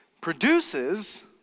produces